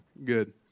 good